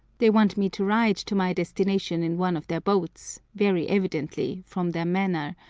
they want me to ride to my destination in one of their boats, very evidently, from their manner,